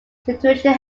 situation